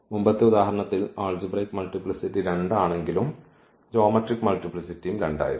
മുമ്പത്തെ ഉദാഹരണത്തിൽ ആൾജിബ്രയ്ക് മൾട്ടിപ്ലിസിറ്റി 2 ആണെങ്കിലും ജ്യോമെട്രിക് മൾട്ടിപ്ലിസിറ്റി 2 ആയിരുന്നു